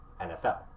NFL